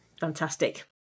fantastic